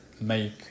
make